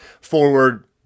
forward